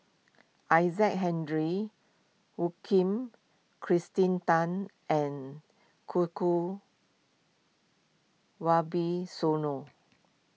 Isaac Henry woo king Kirsten Tan and koo koo Wibisono